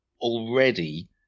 already